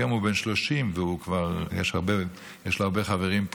היום הוא בן 30 ויש לו הרבה חברים פה.